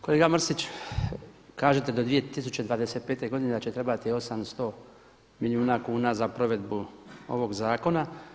Kolega Mrsić, kažete da 2025. godine da će trebati 800 milijuna kuna za provedbu ovog zakona.